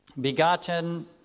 begotten